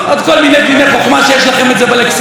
ועוד כל מיני פניני חוכמה שיש לכם בלקסיקון